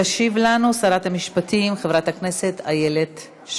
תשיב לנו שרת המשפטים חברת הכנסת איילת שקד.